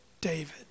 David